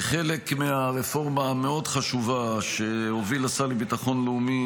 כחלק מהרפורמה המאוד-חשובה שהוביל השר לביטחון לאומי,